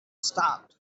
stopped